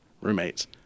roommates